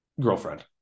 girlfriend